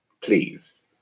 Please